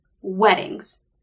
weddings